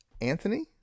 Anthony